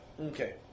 Okay